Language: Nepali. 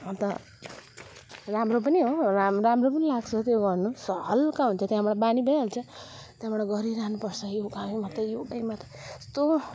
अन्त राम्रो पनि हो रा राम्रो पनि लाग्छ त्यो गर्नु स हलका हुन्छ त्यहाँबाट बानी भइहाल्छ त्यहाँबाट गरिरहनुपर्छ योगा योगा त योगै मात्रै यस्तो